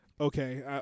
Okay